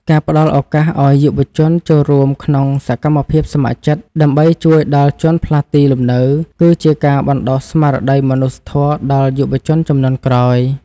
ការផ្តល់ឱកាសឱ្យយុវជនចូលរួមក្នុងសកម្មភាពស្ម័គ្រចិត្តដើម្បីជួយដល់ជនផ្លាស់ទីលំនៅ គឺជាការបណ្តុះស្មារតីមនុស្សធម៌ដល់យុវជនជំនាន់ក្រោយ។